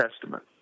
Testament